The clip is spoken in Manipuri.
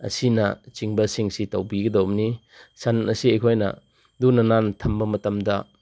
ꯑꯁꯤꯅꯆꯤꯡꯕꯁꯤꯡꯁꯤ ꯇꯧꯕꯤꯒꯗꯧꯕꯅꯤ ꯁꯟ ꯑꯁꯤ ꯑꯩꯈꯣꯏꯅ ꯂꯨꯅ ꯅꯥꯟꯅ ꯊꯝꯕ ꯃꯇꯝꯗ